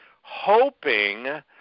hoping